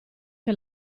che